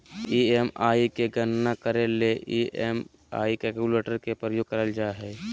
EMI के गणना करे ले ई.एम.आई कैलकुलेटर के प्रयोग करल जा हय